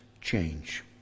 change